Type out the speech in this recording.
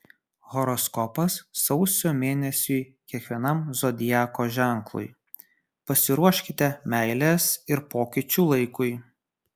horoskopas sausio mėnesiui kiekvienam zodiako ženklui pasiruoškite meilės ir pokyčių laikui